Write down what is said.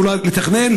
לתכנן,